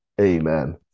Amen